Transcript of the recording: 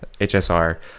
HSR